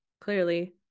clearly